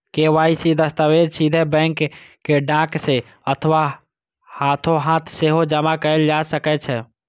KYC दस्तावेज सीधे bank कें डाक सं अथवा हाथोहाथ सेहो जमा कैल जा सकै छै